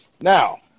Now